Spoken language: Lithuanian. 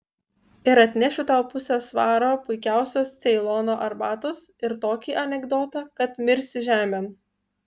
ir atnešiu tau pusę svaro puikiausios ceilono arbatos ir tokį anekdotą kad mirsi žemėn